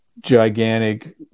gigantic